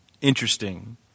interesting